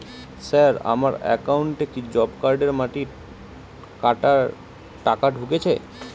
Sir আমার একাউন্টে কি জব কার্ডের মাটি কাটার টাকা ঢুকেছে?